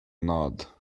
nod